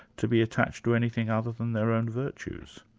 to be attached to anything other than their own virtues?